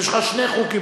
יש לך שני חוקים,